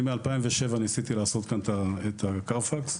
אני מ-2007 ניסיתי לעשות כאן את ה- Car fax,